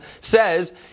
says